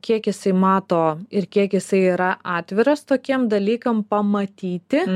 kiek jisai mato ir kiek jisai yra atviras tokiem dalykam pamatyti